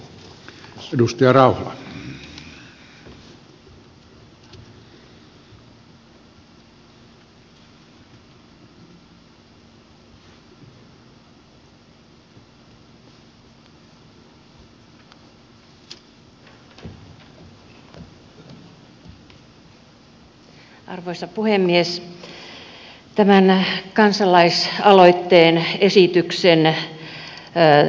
arvoisa puhemies